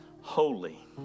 holy